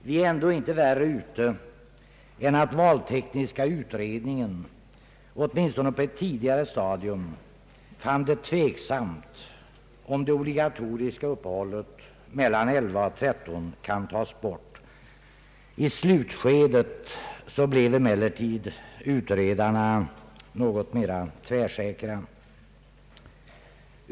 Vi är ändå inte värre ute än att valtekniska utredningen åtminstone på ett tidigare stadium fann det tveksamt om det obligatoriska uppehållet mellan 11.00 och 13.00 kan tas bort. I slutskedet blev emellertid utredarna betydligt mera tvärsäkra.